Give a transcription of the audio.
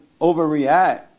overreact